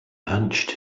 hunched